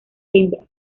hembras